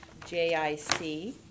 JIC